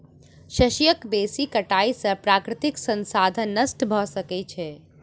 शस्यक बेसी कटाई से प्राकृतिक संसाधन नष्ट भ सकै छै